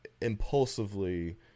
impulsively